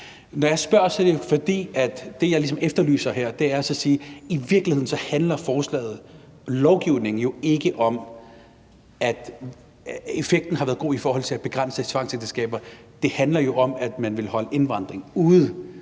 Når jeg spørger, er det, fordi det, jeg ligesom efterlyser her, er i forhold til at sige, at i virkeligheden handler lovgivningen jo ikke om, at effekten har været god i forhold til at begrænse tvangsægteskaber; det handler jo om, at man vil holde indvandring ude.